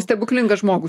stebuklingą žmogų